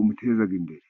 umuteza imbere.